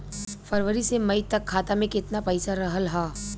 फरवरी से मई तक खाता में केतना पईसा रहल ह?